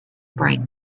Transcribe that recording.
bring